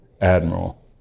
admiral